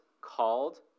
called